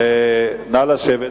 נא לשבת.